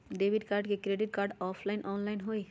Debit card credit card offline online होई?